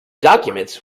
documents